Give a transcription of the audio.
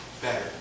better